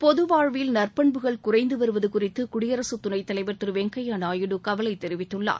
பொதுவாழ்வில் நற்பண்புகள் குறைந்துவருவது குறித்து குடியரசு துணைத்தலைவா் திரு வெங்கய்யா நாயுடு கவலை தெரிவித்துள்ளார்